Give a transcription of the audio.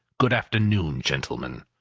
good afternoon, gentlemen!